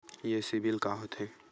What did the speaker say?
ये सीबिल का होथे?